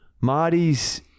Marty's